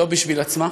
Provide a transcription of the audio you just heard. לא בשביל עצמה,